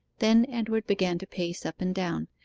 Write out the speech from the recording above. then edward began to pace up and down,